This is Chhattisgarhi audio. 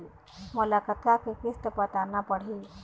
मोला कतका के किस्त पटाना पड़ही?